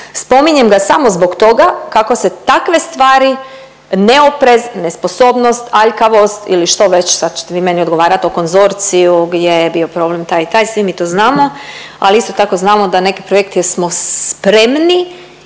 Spominjem ga samo zbog toga kako se takve stvari neoprez, nesposobnost, aljkavost ili štoveć, sad ćete vi meni odgovarat o konzorciju gdje je bio problem taj i taj, svi mi to znamo, ali isto tako znamo da neke projekte smo spremni